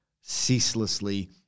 ceaselessly